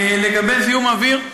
לגבי זיהום האוויר,